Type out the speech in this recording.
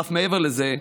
ואף מעבר לזה,